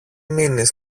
μείνεις